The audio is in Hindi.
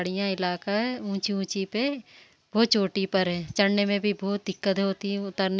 और इसकी मतलब जो पक्षियाँ जो रहते हैं जैसे बुलबुल चिड़िया हुई कोयल हुई